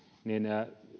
niin